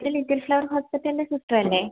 ഇത് little flower ഹോസ്പിറ്റലിലെ സിസ്റ്ററല്ലേ